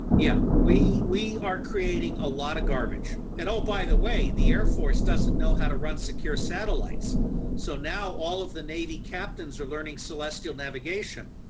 yeah, we we are creating a lot of garbage and oh, by the way, the air force doesn't know how to run secure satellites so now all of the navy captains are learning celestial navigation,